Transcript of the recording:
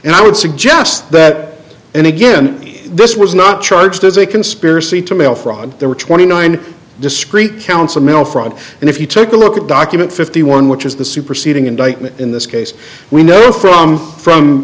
and i would suggest that and again this was not charged as a conspiracy to mail fraud there were twenty nine discrete counts of mail fraud and if you take a look at document fifty one which is the superseding indictment in this case we know from from